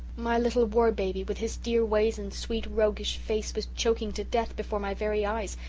my little war-baby, with his dear ways and sweet roguish face, was choking to death before my very eyes,